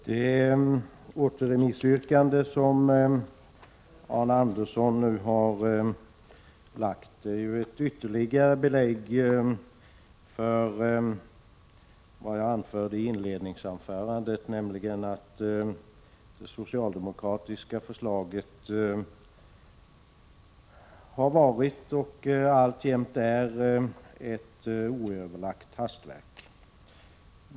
Herr talman! Det återremissyrkande som Arne Andersson i Gamleby nu har ställt är ytterligare ett belägg för vad jag anförde i inledningsanförandet, nämligen att det socialdemokratiska förslaget har varit och alltjämt är ett Prot. 1986/87:110 oöverlagt hastverk.